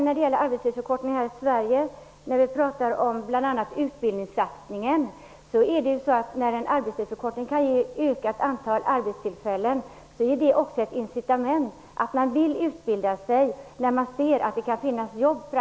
När det gäller en arbetstidsförkortning i Sverige talas det bl.a. om utbildningssatsningen. Men det faktum att en arbetstidsförkortning kan ge ett ökat antal arbetstillfällen ger människor ett incitament att utbilda sig. Man ser ju att det kan finnas jobb.